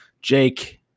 Jake